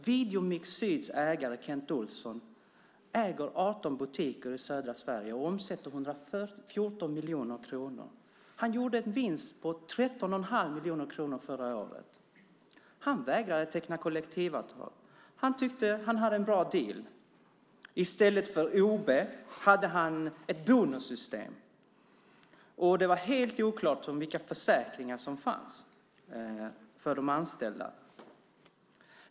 Videomix Syds ägare Kent Olsson äger 18 butiker i södra Sverige och omsätter 114 miljoner kronor. Han gjorde en vinst på 13,5 miljoner kronor förra året. Han vägrade teckna kollektivavtal. Han tyckte att han hade en bra deal. I stället för ob hade han ett bonussystem, och det var helt oklart vilka försäkringar som fanns för de anställda.